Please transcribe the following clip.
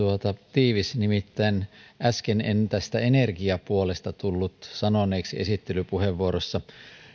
tiivis nimittäin äsken en energiapuolesta tullut sanoneeksi esittelypuheenvuorossani